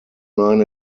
nine